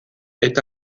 est